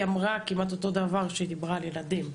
היא אמרה כמעט אותו דבר כשהיא דיברה על ילדים.